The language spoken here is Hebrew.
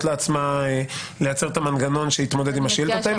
לעצמה לייצר את המנגנון שיתמודד עם השאילתות האלה.